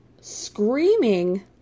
screaming